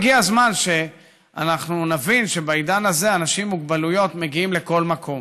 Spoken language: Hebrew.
הגיע הזמן שאנחנו נבין שבעידן הזה אנשים עם מוגבלויות מגיעים לכל מקום,